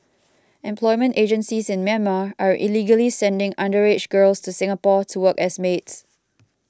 employment agencies in Myanmar are illegally sending underage girls to Singapore to work as maids